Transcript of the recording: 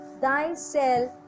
Thyself